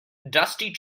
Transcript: dusty